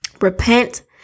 repent